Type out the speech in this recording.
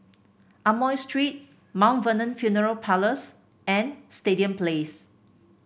Amoy Street Mount Vernon Funeral Parlours and Stadium Place